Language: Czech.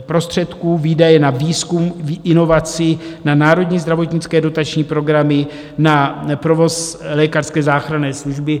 prostředků, výdaje na výzkum, inovaci, na národní zdravotnické dotační programy, na provoz lékařské záchranné služby.